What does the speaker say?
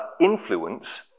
influence